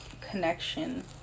Connection